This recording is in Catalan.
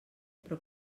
però